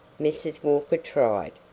mrs. walker tried.